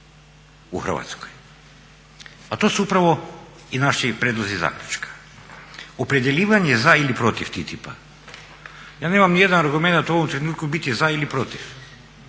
u Hrvatskoj. A to su upravo i naši prijedlozi zaključka. Opredjeljivanje za ili protiv TTIP-a, ja nemam nijedan argument u ovom trenutku biti za ili protiv